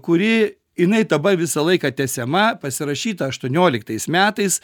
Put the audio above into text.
kuri jinai dabar visą laiką tęsiama pasirašyta aštuonioliktaisiais metais